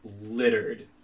littered